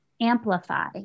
amplify